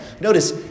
Notice